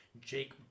Jake